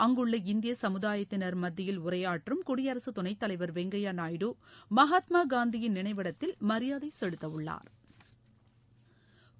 அங்குள்ள இந்திய சமுதாயத்தினர் மத்தியில் உரையாற்றும் குயடிரசு துணைத் தலைவர் வெங்கய்ய நாயுடு மகாத்மா காந்தியின் நினைவிடத்தில் மரியாதை செலுத்த உள்ளாா்